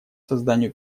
созданию